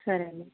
సరే అండి